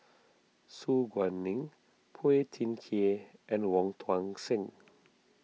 Su Guaning Phua Thin Kiay and Wong Tuang Seng